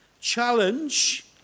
challenge